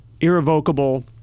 Irrevocable